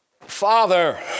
Father